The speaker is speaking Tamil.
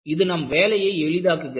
இது நம் வேலையை எளிதாக்குகிறது